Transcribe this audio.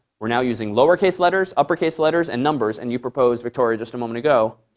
we're now using lower case letters, upper case letters, and numbers. and you proposed, victoria, just a moment ago